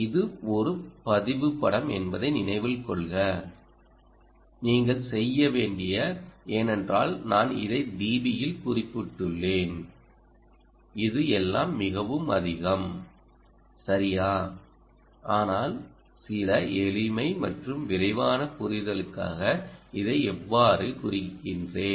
இதுஒரு பதிவு படம் என்பதை நினைவில் கொள்க நீங்கள் செய்ய வேண்டிய ஏனென்றால் நான் இதை dBயில் குறிப்பிட்டுள்ளேன் இது எல்லாம் மிகவும் அதிகம் சரியா ஆனால் சில எளிமை மற்றும் விரைவான புரிதலுக்காக இதை இவ்வாறு குறிக்கிறேன்